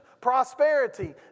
prosperity